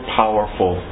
powerful